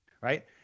right